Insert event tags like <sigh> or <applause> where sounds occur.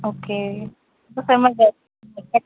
okay <unintelligible>